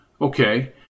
Okay